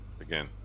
again